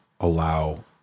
allow